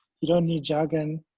you don't need jargon,